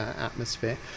atmosphere